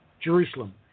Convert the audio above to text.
Jerusalem